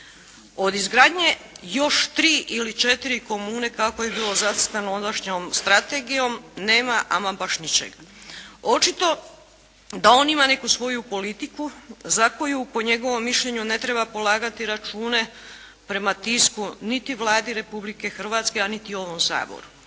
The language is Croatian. Od izgradnje još tri ili četiri komune kako je bilo zacrtano ondašnjom strategijom, nema ama baš ničega. Očito da on ima neku svoju politiku za koju po njegovom mišljenju ne treba polagati račune prema tisku, niti Vladi Republike Hrvatske, a niti ovom Saboru.